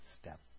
step